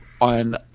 on